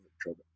trouble